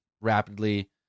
rapidly